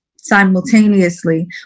simultaneously